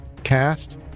cast